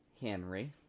Henry